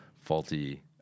faulty